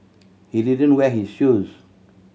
he didn't wear his shoes